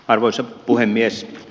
arvoisa puhemies